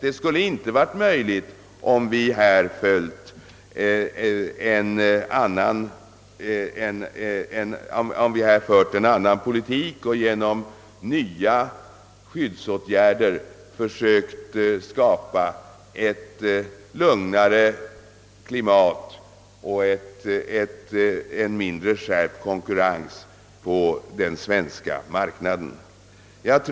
Detta skulle inte ha varit möjligt, om vi hade fört en annan politik och genom nya skyddsåtgärder försökt skapa ett lugnare klimat och en mindre skärpt konkurrens på den svenska marknaden.